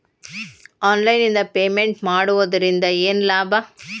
Online ನಿಂದ payment ಮಾಡುವುದರಿಂದ ಏನು ಲಾಭ?